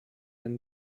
and